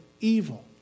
evil